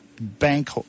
bank